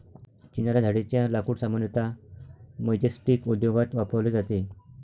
चिनार या झाडेच्या लाकूड सामान्यतः मैचस्टीक उद्योगात वापरले जाते